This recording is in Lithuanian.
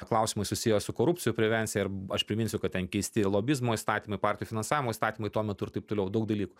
klausimai susiję su korupcijų prevencija ir aš priminsiu kad ten keisti lobizmo įstatymai partijų finansavimo įstatymai tuo metu ir taip toliau daug dalykų